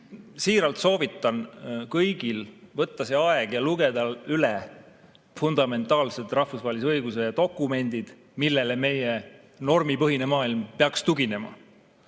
Siiralt soovitan kõigil võtta see aeg ja lugeda üle fundamentaalsed rahvusvahelise õiguse dokumendid, millele meie normipõhine maailm peaks tuginema.